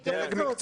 דרג מקצועי,